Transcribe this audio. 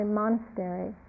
monastery